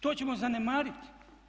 To ćemo zanemariti.